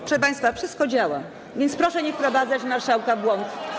Proszę państwa, wszystko działa, więc proszę nie wprowadzać marszałka w błąd.